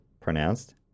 pronounced